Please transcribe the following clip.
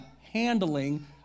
handling